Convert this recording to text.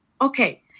Okay